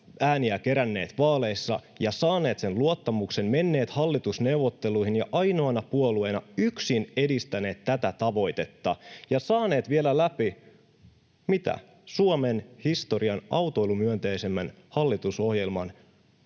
ääniä keränneet vaaleissa ja saaneet sen luottamuksen, menneet hallitusneuvotteluihin ja ainoana puolueena yksin edistäneet tätä tavoitetta ja saaneet vielä läpi, mitä, Suomen historian autoilumyönteisimmän hallitusohjelman,